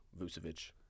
Vucevic